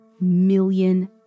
million